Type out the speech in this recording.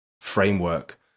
framework